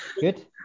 Good